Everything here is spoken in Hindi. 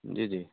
जी जी